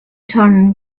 turn